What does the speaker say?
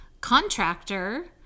contractor